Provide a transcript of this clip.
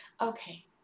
Okay